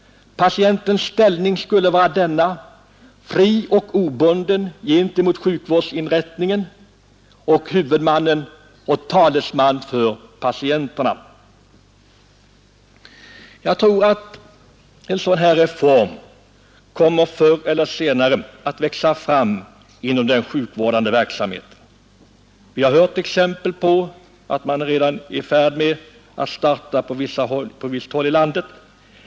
Patientombudsmannens ställning skulle vara fri och obunden gentemot sjukvårdsinrättningen och huvudmannen, och han skulle vara talesman för patienterna. Jag tror att en sådan reform förr eller senare kommer att växa fram inom den sjukvårdande verksamheten. Vi har hört att man redan är i färd med att starta på visst håll i landet.